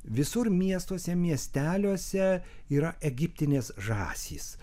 visur miestuose miesteliuose yra egiptinės žąsys